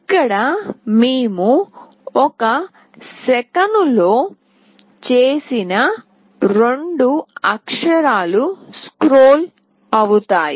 ఇక్కడ మేము ఒక సెకనులో చేసిన రెండు అక్షరాలు స్క్రోల్ అవుతాయి